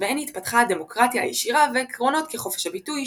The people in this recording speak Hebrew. שבהן התפתחה הדמוקרטיה הישירה ועקרונות כחופש הביטוי,